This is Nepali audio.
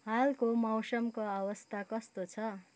हालको मौसमको अवस्था कस्तो छ